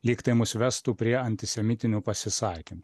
lyg tai mus vestų prie antisemitinių pasisakymų